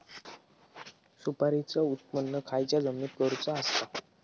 सुपारीचा उत्त्पन खयच्या जमिनीत करूचा असता?